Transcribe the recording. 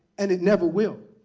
and it never will.